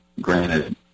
granted